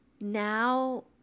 now